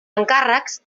encàrrecs